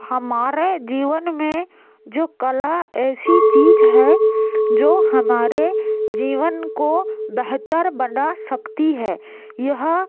हमारे जीवन में जो कला ऐसी चीज है जो हमारे जीवन को बेहतर बना सकती है यह